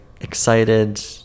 excited